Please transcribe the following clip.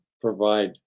provide